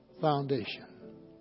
foundation